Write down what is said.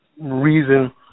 reason